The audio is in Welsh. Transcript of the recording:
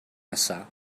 nesaf